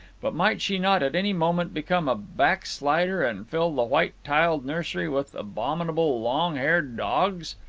but might she not at any moment become a backslider and fill the white-tiled nursery with abominable long-haired dogs?